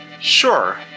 Sure